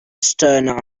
stern